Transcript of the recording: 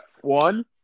One